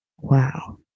Wow